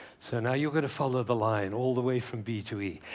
so now, you're going to follow the line all the way from b to e.